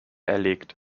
erlegt